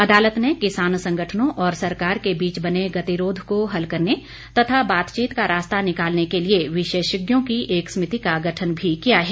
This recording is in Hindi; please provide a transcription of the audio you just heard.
अदालत ने किसान संगठनों और सरकार के बीच बने गतिरोध को हल करने तथा बातचीत का रास्ता निकालने के लिए विशेषज्ञों की एक समिति का गठन भी किया है